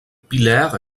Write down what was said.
pillèrent